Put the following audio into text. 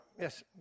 yes